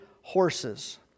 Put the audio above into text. horses